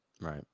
Right